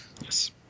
yes